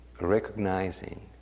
recognizing